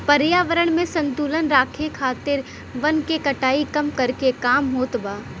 पर्यावरण में संतुलन राखे खातिर वन के कटाई कम करके काम होत बा